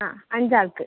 ആ അഞ്ചാൾക്ക്